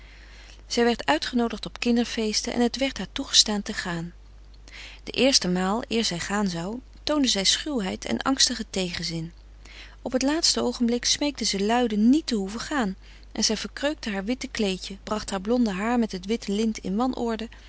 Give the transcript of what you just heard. zij werd uitgenoodigd op kinderfeesten en het werd haar toegestaan te gaan de eerste maal eer zij gaan zou toonde zij schuwheid en angstige tegenzin op t laatste oogenblik smeekte ze luide niet te hoeven gaan en zij verkreukte haar witte kleedje bracht haar blonde haar met het witte lint in wanorde